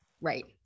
right